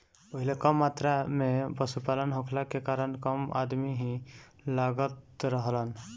पहिले कम मात्रा में पशुपालन होखला के कारण कम अदमी ही लागत रहलन